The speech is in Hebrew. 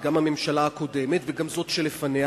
וגם הממשלה הקודמת וגם זאת שלפניה,